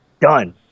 done